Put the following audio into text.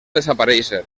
desaparèixer